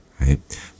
right